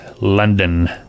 London